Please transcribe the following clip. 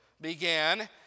began